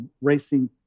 Racing